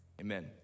Amen